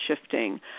shifting